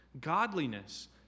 godliness